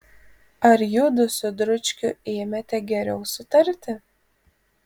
ar judu su dručkiu ėmėte geriau sutarti